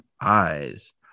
eyes